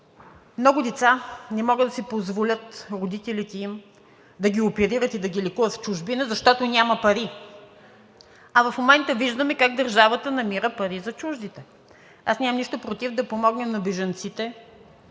Много деца не могат да си позволят родителите им да ги оперират и да ги лекуват в чужбина, защото няма пари, а в момента виждаме как държавата намира пари за чуждите. Аз нямам нищо против да помогнем на бежанците,